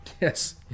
Yes